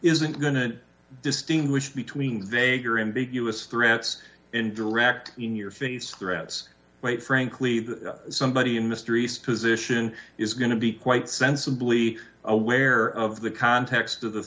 isn't going to distinguish between vaguer ambiguous threats in direct in your face threats right frankly that somebody in mr east position is going to be quite sensibly aware of the context of the